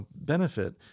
benefit